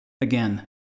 Again